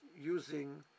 using